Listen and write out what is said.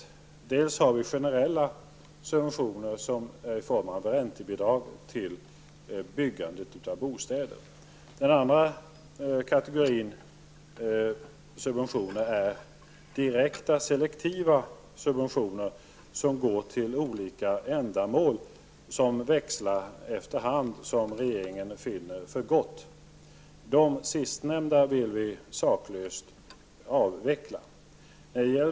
För det första finns det generella subventioner i form av räntebidrag till byggande av bostäder. För det andra finns det direkta selektiva subventioner som går till olika ändamål som växlar efter hand som regeringen finner för gott. De sistnämnda vill vi saklöst avveckla.